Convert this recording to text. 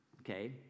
Okay